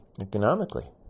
economically